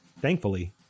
Thankfully